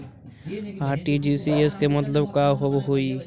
RTGS के मतलब का होव हई?